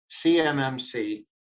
CMMC